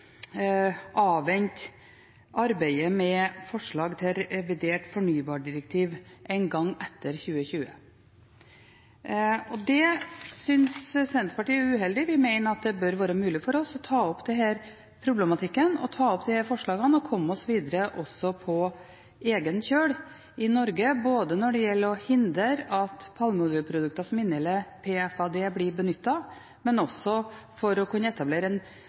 arbeidet med forslag til revidert fornybardirektiv en gang etter 2020. Det synes Senterpartiet er uheldig. Vi mener det bør være mulig for oss å ta opp denne problematikken, ta opp disse forslagene og komme oss videre også på egen kjøl i Norge, både når det gjelder å hindre at palmeoljeprodukter som inneholder PFAD, blir benyttet, og også for å kunne etablere en